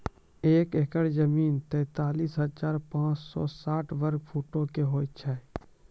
एक एकड़ जमीन, तैंतालीस हजार पांच सौ साठ वर्ग फुटो के होय छै